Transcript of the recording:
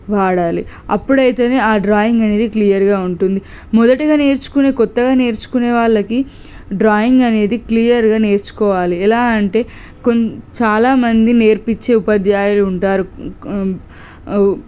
వాడాలి అప్పుడు అయితేనే ఆ డ్రాయింగ్ అనేది క్లియర్గా ఉంటుంది మొదటిగా నేర్చుకునే కొత్తగా నేర్చుకునే వాళ్ళకి డ్రాయింగ్ అనేది క్లియర్గా నేర్చుకోవాలి ఎలా అంటే కొంచె చాలా మంది నేర్పించే ఉపాధ్యాయులు ఉంటారు